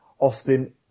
Austin